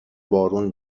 بارون